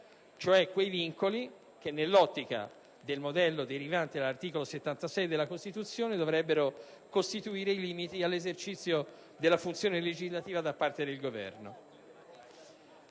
cioè quei vincoli che, nell'ottica del modello derivante dall'articolo 76 della Costituzione, dovrebbero costituire i limiti all'esercizio della funziona legislativa da parte del Governo.